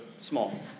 small